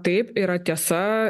taip yra tiesa